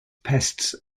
pests